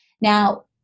Now